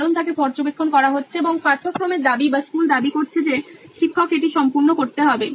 কারণ তাকে পর্যবেক্ষণ করা হচ্ছে এবং পাঠ্যক্রমের দাবি বা স্কুল দাবি করছে যে শিক্ষক এটি সম্পূর্ণ করতে হবে